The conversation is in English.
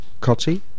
Cotty